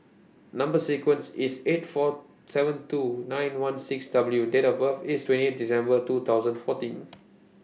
Number sequence IS T eight four seven two nine one six W and Date of birth IS twenty eight December two thousand fourteen